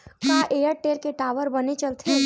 का एयरटेल के टावर बने चलथे?